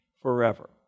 forever